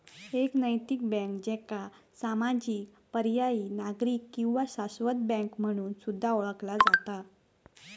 एक नैतिक बँक, ज्याका सामाजिक, पर्यायी, नागरी किंवा शाश्वत बँक म्हणून सुद्धा ओळखला जाता